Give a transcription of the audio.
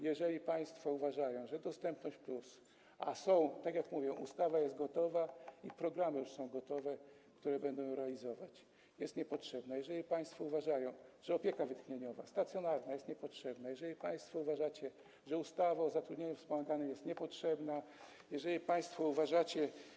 Jeżeli państwo uważają, że „Dostępność+” - a ustawa, tak jak mówię, jest gotowa, programy już są gotowe, które będą to realizować - jest niepotrzebna, jeżeli państwo uważają, że stacjonarna opieka wytchnieniowa jest niepotrzebna, jeżeli państwo uważacie, że ustawa o zatrudnieniu wspomaganym jest niepotrzebna, jeżeli państwo uważacie.